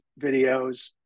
videos